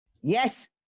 Yes